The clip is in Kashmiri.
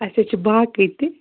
اَسہِ حظ چھِ باقٕے تہِ